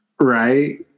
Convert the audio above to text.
Right